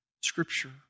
Scripture